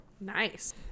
nice